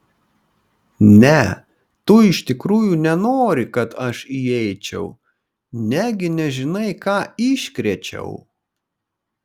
ne tu iš tikrųjų nenori kad aš įeičiau negi nežinai ką iškrėčiau